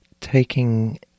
taking